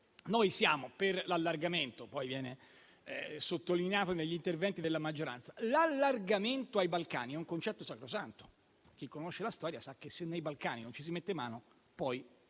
Governo è per l'allargamento e questo viene poi sottolineato negli interventi della maggioranza. L'allargamento ai Balcani è un concetto sacrosanto: chi conosce la storia sa che, se nei Balcani non ci si mette mano, poi